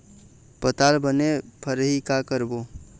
पताल बने फरही का करबो?